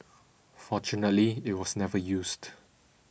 fortunately it was never used